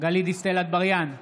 גלית דיסטל אטבריאן,